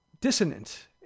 dissonant